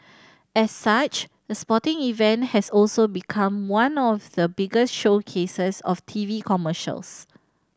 as such the sporting event has also become one of the biggest showcases of T V commercials